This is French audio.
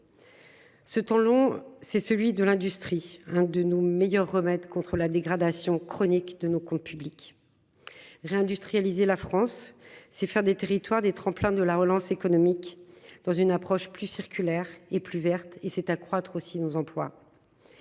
Ce temps long, c'est celui de l'industrie, un de nos meilleurs remèdes contre la dégradation chronique de nos comptes publics. Réindustrialiser la France, c'est faire des territoires des tremplins de la relance économique dans une approche plus circulaire et plus verte et c'est accroître aussi nos employes.